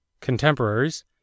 Contemporaries